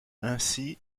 ainsi